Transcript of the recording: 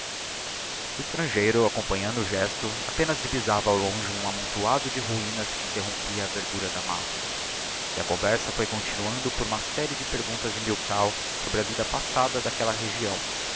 o extrangeiro acompanhando o gesto apenas divisava ao longe um amontoado de ruínas que interrompia a verdura da matta e a conversa foi continuando por uma serie de perguntas de milkau sobre a vida passada d'aquella região